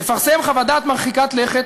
לפרסם חוות דעת מרחיקת לכת